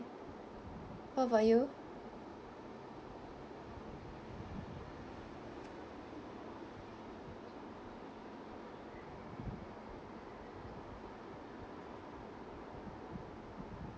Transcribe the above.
what about you